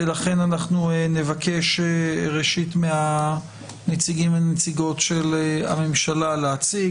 ולכן נבקש ראשית מהנציגים ומהנציגות של הממשלה להציג.